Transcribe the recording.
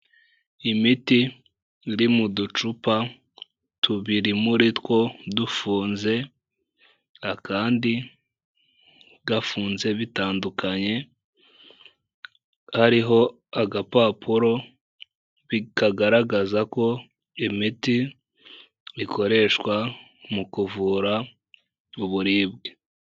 Imiti iri mu ducupa tubiri murire two dufunze akandi gafunze bitandukanye, hariho agapapuro kagaragaza ko imiti ikoreshwa mu kuvura uburibwe.